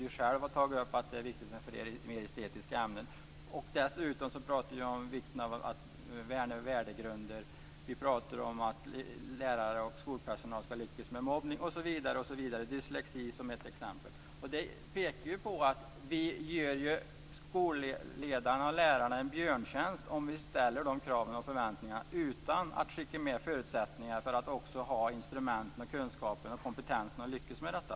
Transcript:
Yvonne Andersson har själv tagit upp att det är viktigt med mer estetiska ämnen. Dessutom pratar vi om vikten av att värna värdegrunder. Vi pratar om att lärare och skolpersonal skall lyckas med mobbning, dyslexi, osv. Det pekar på att vi gör skolledarna och lärarna en björntjänst om vi ställer de kraven och har de förväntningarna utan att skicka med förutsättningar för att också få instrument, kunskap och kompetens för att lyckas med detta.